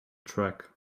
track